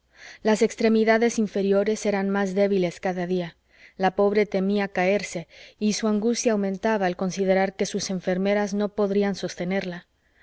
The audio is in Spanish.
las extremidades inferiores eran más débiles cada día la pobre temía caerse y su angustia aumentaba al considerar que sus enfermeras no podrían sostenerla